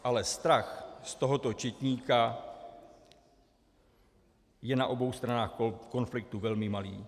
Ale strach z tohoto četníka je na obou stranách konfliktu velmi malý.